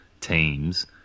teams